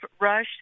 Rush